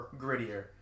grittier